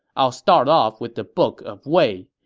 i'll start off with the book of wei,